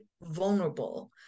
vulnerable